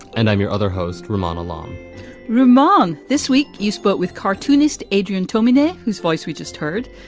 and i'm your other host, ramona along reman. this week you spoke with cartoonist adrian tolmie, and whose voice we just heard.